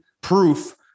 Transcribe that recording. proof